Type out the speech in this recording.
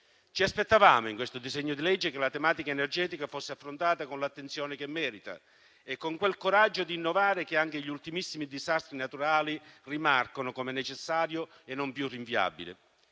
Ci aspettavamo in questo disegno di legge che la tematica energetica fosse affrontata con l'attenzione che merita e con quel coraggio di innovare che anche gli ultimissimi disastri naturali rimarcano come necessario e non più rinviabile.